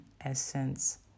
essence